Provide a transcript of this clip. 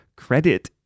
credit